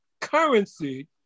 currency